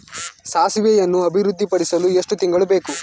ಸಾಸಿವೆಯನ್ನು ಅಭಿವೃದ್ಧಿಪಡಿಸಲು ಎಷ್ಟು ತಿಂಗಳು ಬೇಕು?